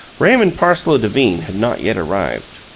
raymond parsloe devine had not yet arrived.